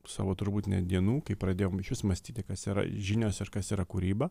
savo turbūt net dienų kai pradėjom išvis mąstyti kas yra žinios ir kas yra kūryba